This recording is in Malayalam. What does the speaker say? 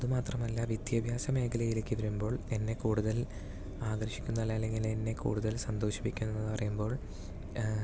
അതുമാത്രമല്ല വിദ്യാഭ്യാസ മേഖലയിലേക്ക് വരുമ്പോൾ എന്നെ കൂടുതൽ ആകർഷിക്കുന്ന അല്ല അല്ലെങ്കിൽ എന്നെ കൂടുതൽ സന്തോഷിപ്പിക്കുന്നത് എന്ന് പറയുമ്പോൾ